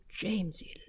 Jamesy